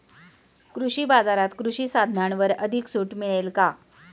कृषी बाजारात कृषी साधनांवर अधिक सूट मिळेल का?